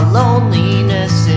loneliness